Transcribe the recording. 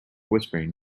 whispering